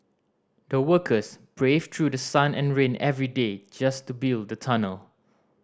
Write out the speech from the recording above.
the workers braved through sun and rain every day just to build the tunnel